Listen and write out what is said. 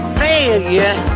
failure